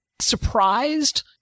surprised